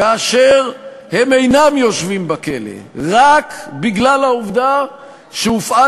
ואשר אינם יושבים בכלא רק בגלל העובדה שהופעל